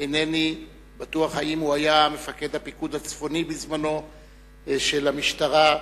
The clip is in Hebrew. אינני בטוח אם הוא היה מפקד הפיקוד הצפוני של המשטרה בזמנו.